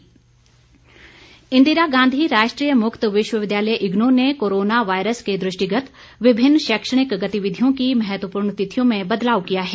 इन्नू इंदिरा गांधी राष्ट्रीय मुक्त विश्वविद्यालय इग्नू ने कोरोना वायरस के दृष्टिगत विभिन्न शैक्षणिक गतिविधियों की महत्वपूर्ण तिथियों में बदलाव किया है